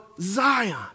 Zion